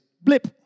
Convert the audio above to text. blip